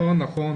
נכון, נכון.